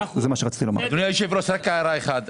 אדוני היושב-ראש, רק הערה אחת.